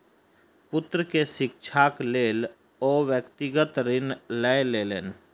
पुत्र के शिक्षाक लेल ओ व्यक्तिगत ऋण लय लेलैन